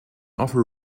offer